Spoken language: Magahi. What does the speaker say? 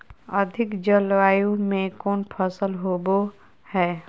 अधिक जलवायु में कौन फसल होबो है?